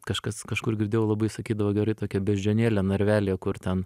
kažkas kažkur girdėjau labai sakydavo gerai tokia beždžionėlę narvelyje kur ten